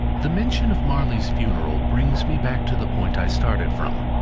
the mention of marley's funeral brings me back to the point i started from.